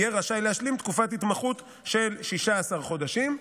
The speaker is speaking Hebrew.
יהיה רשאי להשלים תקופת התמחות של 16 חודשים,